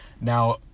Now